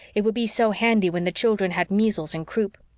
it would be so handy when the children had measles and croup.